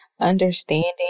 understanding